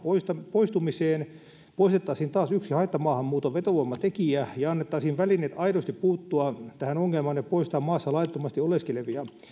poistumiseen poistettaisiin taas yksi haittamaahanmuuton vetovoimatekijä ja annettaisiin välineet aidosti puuttua tähän ongelmaan ja poistaa maassa laittomasti oleskelevia